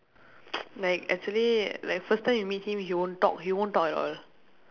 like actually like first time you meet him he won't talk he won't talk at all